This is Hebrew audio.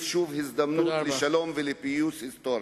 שוב הזדמנות לשלום ולפיוס היסטורי.